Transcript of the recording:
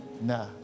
nah